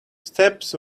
steps